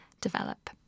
develop